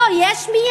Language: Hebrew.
לא, יש מיש.